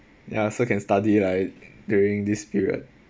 ya so can study like during this period